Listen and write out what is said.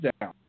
down